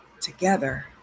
together